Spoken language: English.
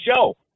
show